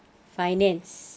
finance